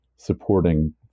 supporting